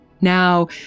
Now